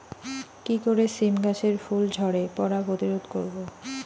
কি করে সীম গাছের ফুল ঝরে পড়া প্রতিরোধ করব?